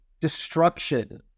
Destruction